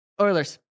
Oilers